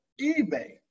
eBay